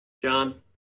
John